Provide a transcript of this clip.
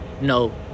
no